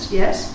yes